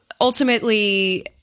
ultimately